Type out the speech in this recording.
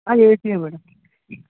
ఆ ACA madam